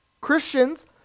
Christians